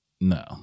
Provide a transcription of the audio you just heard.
No